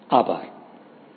આભાર